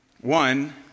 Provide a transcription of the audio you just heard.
One